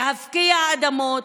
להפקיע אדמות,